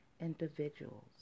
individuals